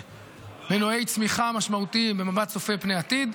מנועי צמיחה משמעותיים במבט צופה פני עתיד,